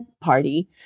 party